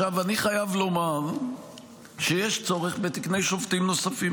אני חייב לומר שיש צורך בתקני שופטים נוספים,